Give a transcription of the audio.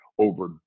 over